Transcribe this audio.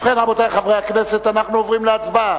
ובכן, רבותי חברי הכנסת, אנחנו עוברים להצבעה.